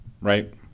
Right